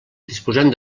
disposem